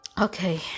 Okay